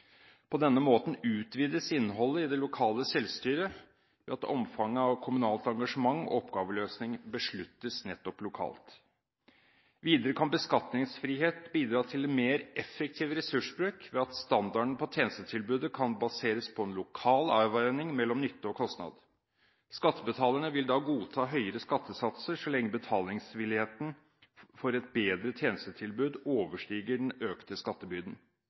På denne måten utvides innholdet i det lokale selvstyret ved at omfanget av kommunalt engasjement og oppgaveløsning besluttes nettopp lokalt. Videre kan beskatningsfrihet bidra til mer effektiv ressursbruk ved at standarden på tjenestetilbudet kan baseres på en lokal avveining mellom nytte og kostnad. Skattebetalerne vil da godta høyere skattesatser så lenge betalingsvilligheten for et bedre tjenestetilbud overstiger den økte skattebyrden.